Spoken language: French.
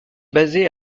basé